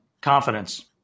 Confidence